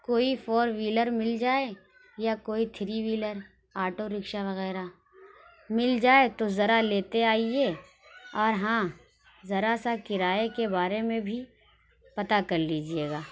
کوئی four wheeler مل جائے یا کوئی تھری ویلر آٹو رکشا وغیرہ مل جائے تو ذرا لیتے آئیے اور ہاں ذرا سا کرائے کے بارے میں بھی پتا کر لیجیے گا